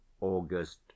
August